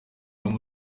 bamwe